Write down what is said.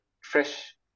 fresh